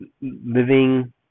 living